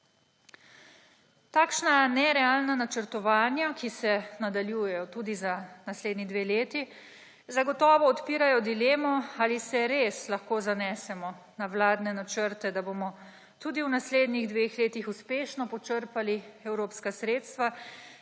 Takšna nerealna načrtovanja, ki se nadaljujejo tudi za naslednji dve leti, zagotovo odpirajo dilemo, ali se res lahko zanesemo na vladne načrte, da bomo tudi v naslednjih dveh letih uspešno počrpali evropska sredstva